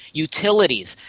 utilities,